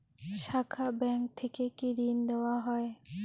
শাখা ব্যাংক থেকে কি ঋণ দেওয়া হয়?